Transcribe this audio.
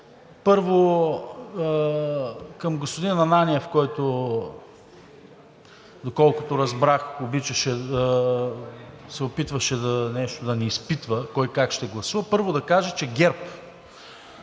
Първо, към господин Ананиев, който, доколкото разбрах, нещо се опитваше да ни изпитва кой как ще гласува. Първо, да кажа, че ГЕРБ